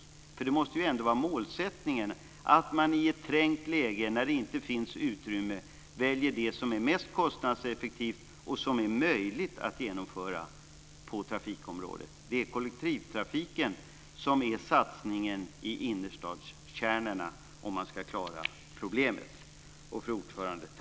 Målsättningen måste ju ändå vara att man i ett trängt läge, när det inte finns utrymme, väljer det som är mest kostnadseffektivt och det som är möjligt att genomföra på trafikområdet. Det är kollektivtrafiken som är satsningen i innerstadskärnorna om man ska klara problemet. Tack för ordet, fru talman!